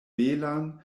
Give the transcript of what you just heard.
belan